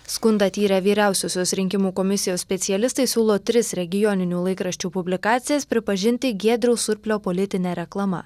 skundą tyrę vyriausiosios rinkimų komisijos specialistai siūlo tris regioninių laikraščių publikacijas pripažinti giedriaus surplio politine reklama